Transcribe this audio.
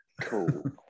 cool